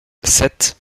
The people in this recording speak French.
sept